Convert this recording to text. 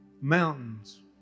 mountains